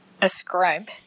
ascribe